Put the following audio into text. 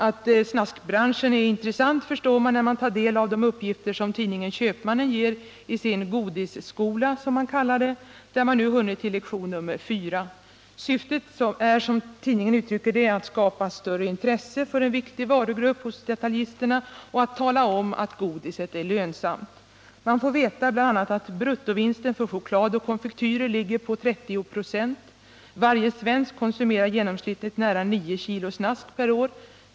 Att snaskbranschen är intressant förstår man när man tar del av de uppgifter som tidningen Köpmannen ger i sin godisskola, som den kallas, där man nu hunnit till lektion nr 4. Syftet är, som tidningen uttrycker det, att ”skapa större intresse för en viktig varugrupp” hos detaljisterna och att ”tala om att godiset är lönsamt”. Läsarna får veta bl.a. att bruttovinsten för choklad och konfektyrer ligger på 30 20. Varje svensk konsumerar genomsnittligt nära 9 kilo snask per år.